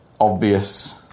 Obvious